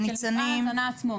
מפעל ההזנה עצמו.